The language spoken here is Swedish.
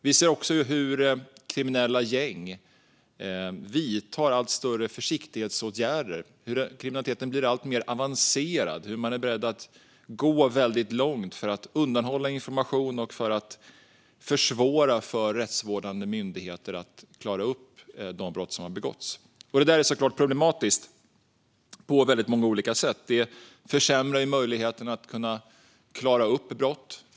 Vi ser också hur kriminella gäng vidtar allt större försiktighetsåtgärder. Kriminaliteten blir alltmer avancerad. Man är beredd att gå väldigt långt för att undanhålla information och för att försvåra för rättsvårdande myndigheter att klara upp de brott som har begåtts. Detta är på väldigt många olika sätt såklart problematiskt. Det försämrar möjligheten att klara upp brott.